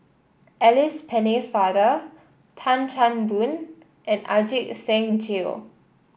Alice Pennefather Tan Chan Boon and Ajit Singh Gill